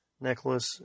necklace